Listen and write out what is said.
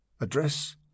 Address